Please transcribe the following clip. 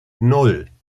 nan